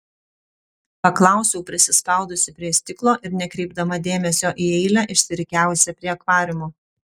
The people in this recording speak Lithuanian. paklausiau prisispaudusi prie stiklo ir nekreipdama dėmesio į eilę išsirikiavusią prie akvariumo